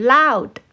Loud